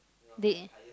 they